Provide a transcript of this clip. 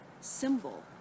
symbol